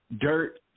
dirt